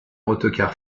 autocar